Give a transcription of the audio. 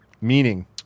Meaning